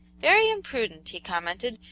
very imprudent! he commented.